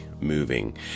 moving